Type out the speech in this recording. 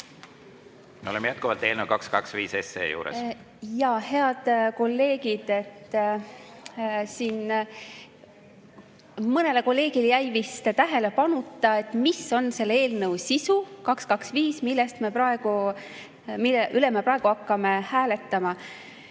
Me oleme jätkuvalt eelnõu 225 juures.